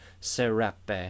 serape